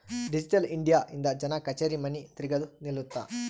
digital India ಇಂದ ಜನ ಕಛೇರಿ ಮನಿ ತಿರ್ಗದು ನಿಲ್ಲುತ್ತ